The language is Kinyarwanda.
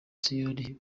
siyoni